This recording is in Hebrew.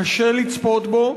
קשה לצפות בו,